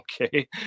okay